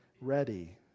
ready